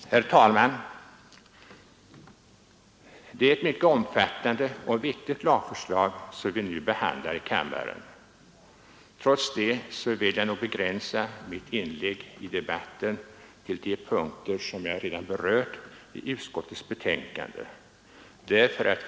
Herr talman! Det är ett mycket omfattande och viktigt lagförslag som vi nu behandlar i kammaren. Trots det vill jag begränsa mitt inlägg i debatten till de punkter i utskottets betänkande som jag redan berört.